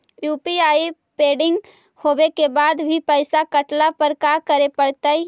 UPI pending होवे के बाद भी पैसा कटला पर का करे पड़तई?